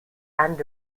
and